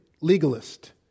legalist